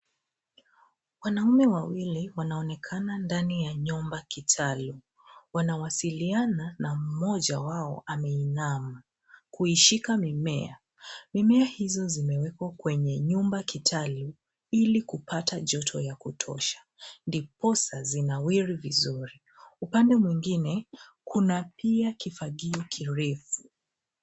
Wanaume wawili wanaonekana ndani ya nyumba ya kitalu. Wanazungumza, na mmoja wao ameegemea akishika mimea. Mimea hiyo imewekwa kwenye nyumba ya kitalu ili kupata joto la kutosha, hivyo inastawi vizuri. Upande mwingine, kuna kifagio kirefu.